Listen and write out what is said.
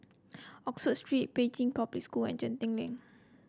Oxford Street Pei Chun Public School and Genting Link